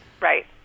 Right